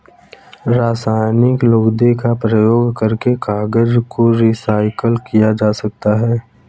रासायनिक लुगदी का प्रयोग करके कागज को रीसाइकल किया जा सकता है